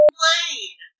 plane